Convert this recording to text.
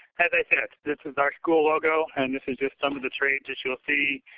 as i said, this is our school logo. and this is just some of the trades that you'll see.